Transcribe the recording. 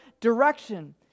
direction